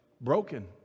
broken